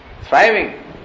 thriving